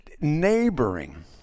Neighboring